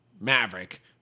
Maverick